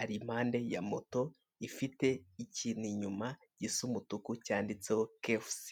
ari impande ya moto ifite ikintu inyuma gisa umutuku cyanditseho kefusi.